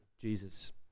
Jesus